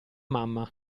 mamma